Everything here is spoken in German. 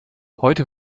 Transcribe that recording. heute